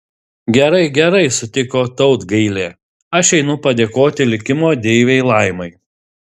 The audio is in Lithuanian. gerai gerai sutiko tautgailė aš einu padėkoti likimo deivei laimai